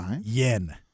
yen